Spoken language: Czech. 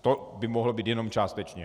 To by mohlo být jednom částečně.